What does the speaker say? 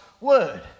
word